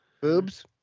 Boobs